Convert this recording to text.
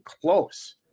close